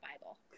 Bible